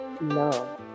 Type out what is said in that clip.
No